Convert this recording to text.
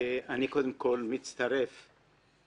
קודם כול אני רוצה להצטרף לברכות.